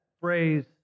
phrase